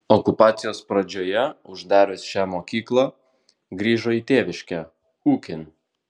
okupacijos pradžioje uždarius šią mokyklą grįžo į tėviškę ūkin